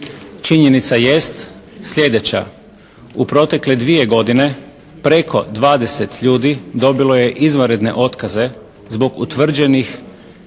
Činjenica jest sljedeća. U protekle dvije godine preko 20 ljudi dobilo je izvanredne otkaze zbog utvrđenih